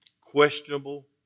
Questionable